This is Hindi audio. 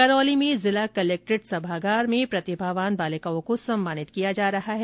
करौली में जिला कलक्ट्रेट सभागार में प्रतिभावान बालिकाओं को सम्मानित किया जा रहा है